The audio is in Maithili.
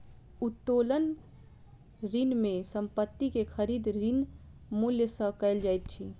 उत्तोलन ऋण में संपत्ति के खरीद, ऋण मूल्य सॅ कयल जाइत अछि